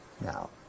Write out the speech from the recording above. now